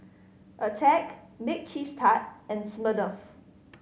Attack Bake Cheese Tart and Smirnoff